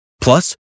Plus